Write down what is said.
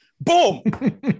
Boom